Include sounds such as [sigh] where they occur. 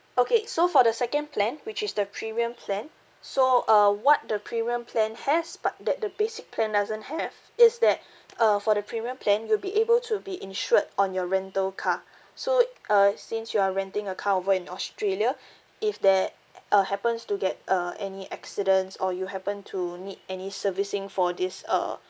okay so for the second plan which is the premium plan so uh what the premium plan has but that the basic plan doesn't have is that uh for the premium plan you'll be able to be insured on your rental car so it uh since you are renting a car over in australia if there [noise] uh happens to get uh any accidents or you happen to need any servicing for this uh